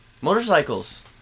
Motorcycles